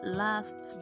last